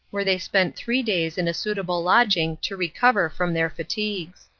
where they spent three days in a suitable lodging to recover from their fatigues.